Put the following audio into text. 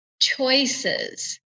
choices